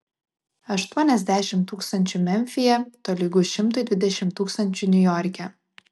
aštuoniasdešimt tūkstančių memfyje tolygu šimtui dvidešimt tūkstančių niujorke